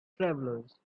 travelers